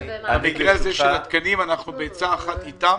במקרה הזה של התקנים אנחנו בעצה אחת איתם